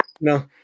No